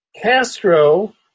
castro